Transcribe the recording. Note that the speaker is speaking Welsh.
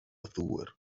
ddŵr